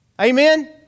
Amen